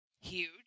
huge